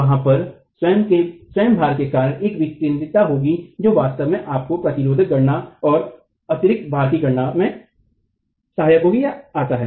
वहाँ पर स्वयं भार के कारण एक विक्रेंद्रिता होगी जो वास्तव में आपके प्रतिरोध गणना और अतिरिक्त भार की गणना में आता है